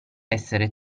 essere